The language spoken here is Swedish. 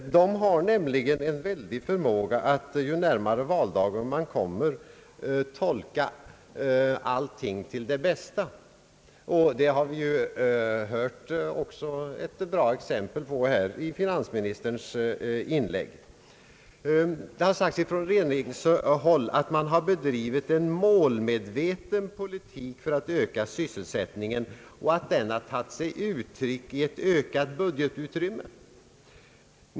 Den har nämligen en utomordentlig förmåga att allteftersom valdagen nalkas tolka allting till det bästa. Det har vi ju också hört ett bra exempel på i finansministerns inlägg i dag. Det har sagts från regeringshåll att man har bedrivit en målmedveten politig för att öka sysselsättningen och att denna politik har tagit sig uttryck i ett ökat budgetutrymme.